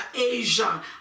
Asia